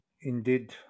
Indeed